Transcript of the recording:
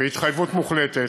בהתחייבות מוחלטת,